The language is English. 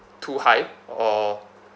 too high or